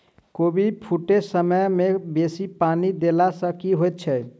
कोबी फूटै समय मे बेसी पानि देला सऽ की होइ छै?